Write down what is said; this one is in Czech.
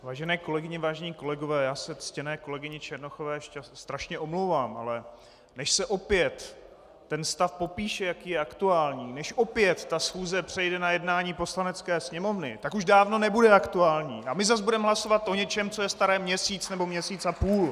Vážené kolegyně, vážení kolegové, já se ctěné kolegyni Černochové strašně omlouvám, ale než se opět ten stav popíše, jaký je aktuální, než opět ta schůze přijde na jednání Poslanecké sněmovny, tak už dávno nebude aktuální a my zase budeme hlasovat o něčem, co je staré měsíc nebo měsíc a půl.